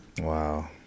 Wow